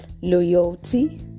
loyalty